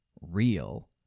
real